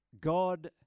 God